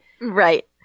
right